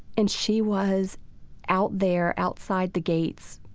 and she was out there, outside the gates,